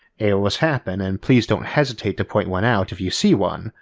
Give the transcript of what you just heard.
errors happen, and please don't hesitate to point one out if you see one,